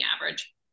average